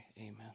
amen